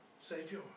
Savior